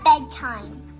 bedtime